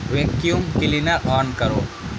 vacuum cleaner on کرو